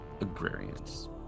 Agrarians